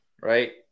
right